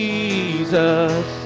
Jesus